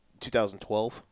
2012